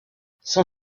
son